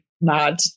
mad